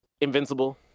Invincible